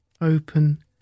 open